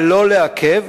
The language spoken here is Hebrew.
ולא לעכב,